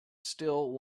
still